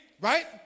Right